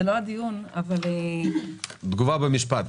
זה לא הדיון --- תגובה במשפט,